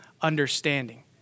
understanding